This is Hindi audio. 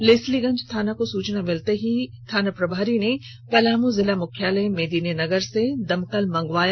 लेस्लीगंज थाना को सुचना मिलते ही थाना प्रभारी ने पलामू जिला मुख्यालय मेदिनीनगर से दमकल मंगवाया